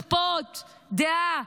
לא צריך לכפות דעה,